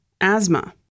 asthma